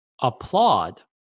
applaud